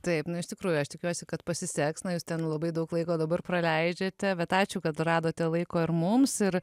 taip nu iš tikrųjų aš tikiuosi kad pasiseks na jūs ten labai daug laiko dabar praleidžiate bet ačiū kad radote laiko ir mums ir